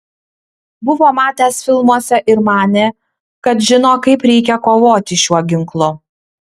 buvo matęs filmuose ir manė kad žino kaip reikia kovoti šiuo ginklu